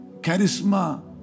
charisma